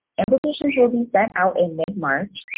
invitations will be sent out in mid-march.